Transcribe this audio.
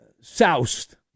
soused